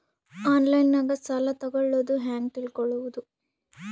ಆನ್ಲೈನಾಗ ಸಾಲ ತಗೊಳ್ಳೋದು ಹ್ಯಾಂಗ್ ತಿಳಕೊಳ್ಳುವುದು?